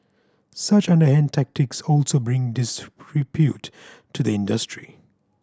such underhand tactics also bring disrepute to the industry